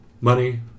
money